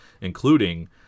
including